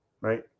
right